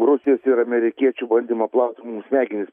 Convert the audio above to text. rusijos ir amerikiečių bandymą plauti mum smegenis